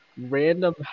Random